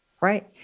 Right